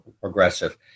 progressive